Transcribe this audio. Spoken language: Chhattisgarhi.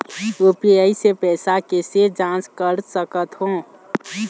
यू.पी.आई से पैसा कैसे जाँच कर सकत हो?